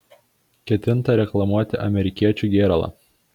ketinta reklamuoti amerikiečių gėralą